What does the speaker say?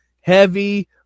Heavy